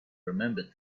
remembered